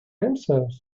himself